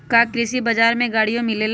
का कृषि बजार में गड़ियो मिलेला?